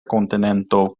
kontinento